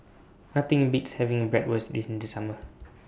Nothing Beats having Bratwurst in The Summer